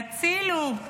הצילו.